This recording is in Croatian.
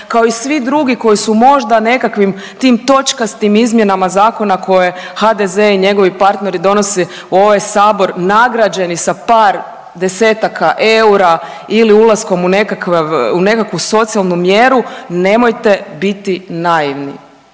kao i svi drugi koji su možda nekakvim tim točkastim izmjenama zakona koje HDZ i njegovi partneri donose u ovaj sabor nagrađeni sa par desetaka eura ili ulaskom u nekakav, u nekakvu socijalnu mjeru nemojte biti naivni,